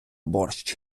борщ